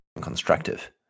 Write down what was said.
constructive